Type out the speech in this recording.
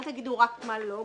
אל תגידו רק מה לא,